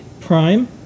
Prime